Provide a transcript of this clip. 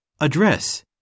Address